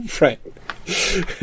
Right